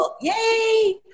yay